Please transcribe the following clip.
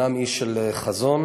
גם איש של חזון,